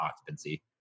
occupancy